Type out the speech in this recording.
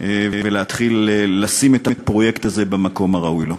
ולהתחיל לשים את הפרויקט הזה במקום הראוי לו.